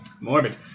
Morbid